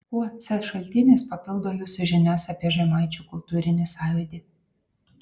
kuo c šaltinis papildo jūsų žinias apie žemaičių kultūrinį sąjūdį